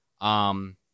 um-